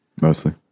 mostly